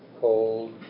cold